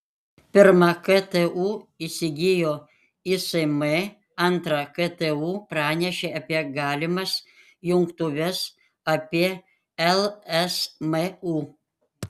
pirma ktu įsigijo ism antra ktu pranešė apie galimas jungtuves apie lsmu